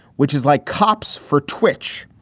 which is like cops for twitch.